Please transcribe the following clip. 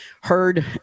heard